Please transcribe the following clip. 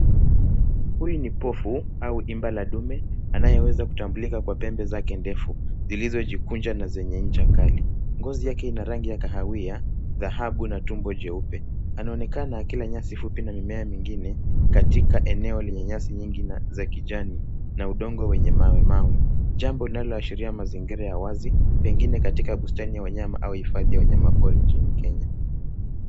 Huyu ni pofu au imbala dume anayeweza kutambulika kwa pembe zake ndefu zilizojikunja na zenye ncha kali. Ngozi yake ina rani ya kahawia, dhahabu na tumbo jeupe. Anaonekana akila nyasi fupi na mimea mingine katika eneo lenye nyasi nyingi na za kijani na udongo wenye mawe mawe. Jambo linaloashiria mzingira ya wazi, pengine bustani ya weanyama au hifadhi ya wanyamapori nchini Kenya.